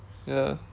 ya